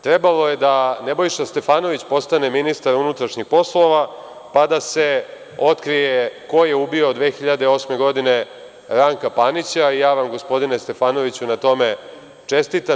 Trebalo je da Nebojša Stefanović postane ministar unutrašnjih poslova pa da se otkrije ko je ubio 2008. godine Ranka Panića i ja vam gospodine Stefanoviću na tome čestitam.